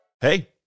Hey